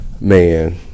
man